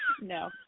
No